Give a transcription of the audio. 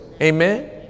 Amen